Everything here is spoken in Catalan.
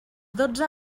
dotze